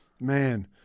Man